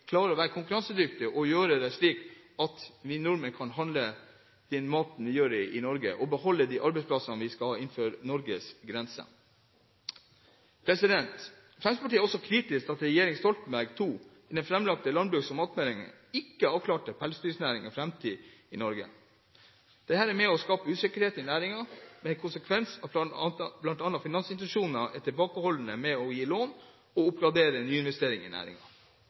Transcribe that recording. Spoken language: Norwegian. klarer å være konkurransedyktige og gjøre det slik at vi nordmenn handler den maten man har i Norge, og beholder arbeidsplassene innenfor Norges grenser. Fremskrittspartiet er også kritisk til at regjeringen Stoltenberg II i den framlagte landbruks- og matmeldingen ikke avklarte pelsdyrnæringens framtid i Norge. Dette er med på å skape usikkerhet i næringen, med den konsekvens at bl.a. finansinstitusjoner er tilbakeholdne med å gi lån til oppgraderinger og nyinvesteringer i